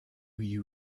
you